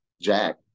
Jack